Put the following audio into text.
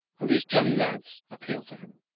and these jolly lads appealed to him.